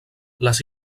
les